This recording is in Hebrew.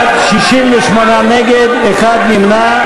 68 נגד, אחד נמנע.